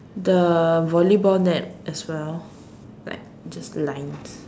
the volleyball net as well like just lines